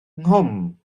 nghwm